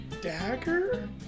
dagger